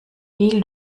die